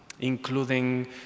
including